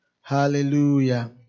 hallelujah